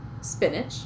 spinach